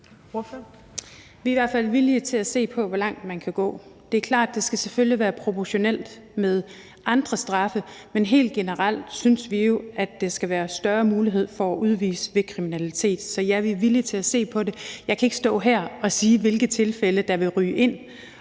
Vi er i hvert fald villige til at se på, hvor langt man kan gå. Det er selvfølgelig klart, at det skal være proportionelt med andre straffe. Men helt generelt synes vi jo, at der skal være større mulighed for at udvise ved kriminalitet. Så ja, vi er villige til at se på det. Jeg kan ikke stå her og sige, hvilke tilfælde der vil ryge ind,